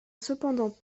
cependant